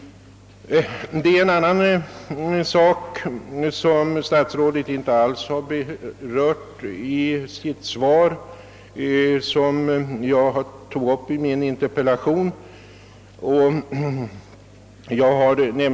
Det är en annan sak som statsrådet inte alls har berört i sitt svar och som jag tog upp i min interpellation.